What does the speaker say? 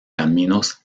caminos